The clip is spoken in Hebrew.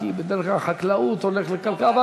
כי בדרך כלל חקלאות הולך לכלכלה,